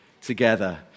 together